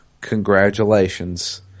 Congratulations